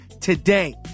today